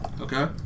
Okay